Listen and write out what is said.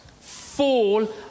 fall